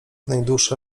najdłuższe